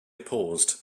opposed